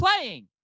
playing